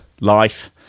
life